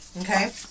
Okay